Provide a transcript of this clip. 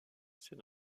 ses